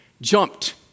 jumped